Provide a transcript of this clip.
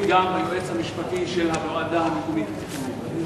גם היועץ המשפטי של הוועדה המקומית לתכנון ובנייה.